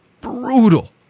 brutal